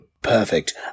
Perfect